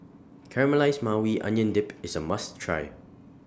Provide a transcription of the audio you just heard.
Caramelized Maui Onion Dip IS A must Try